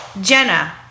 Jenna